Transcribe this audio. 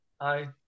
Hi